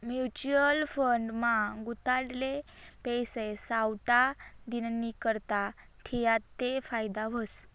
mutual fund मा गुताडेल पैसा सावठा दिननीकरता ठियात ते फायदा व्हस